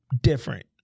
different